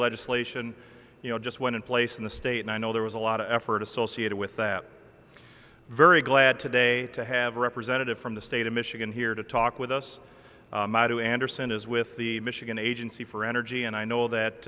legislation you know just went in place in the state i know there was a lot of effort associated with that very glad today to have a representative from the state of michigan here to talk with us too anderson is with the michigan agency for energy and i know that